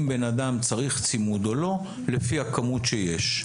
בן אדם צריך צימוד או לא לפי הכמות שיש.